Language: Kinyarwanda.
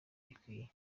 gikwiye